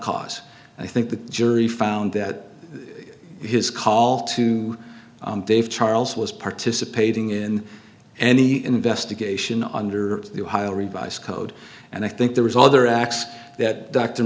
cause i think the jury found that his call to charles was participating in any investigation under the ohio revised code and i think there was other acts that dr